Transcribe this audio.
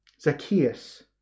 Zacchaeus